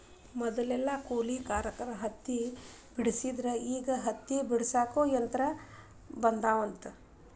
ಮದಲೆಲ್ಲಾ ಕೂಲಿಕಾರರ ಹತ್ತಿ ಬೆಡಸ್ತಿದ್ರ ಈಗ ಹತ್ತಿ ಬಿಡಸಾಕುನು ಯಂತ್ರ ಬಂದಾವಂತ